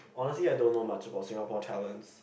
honestly I don't know much about Singapore talents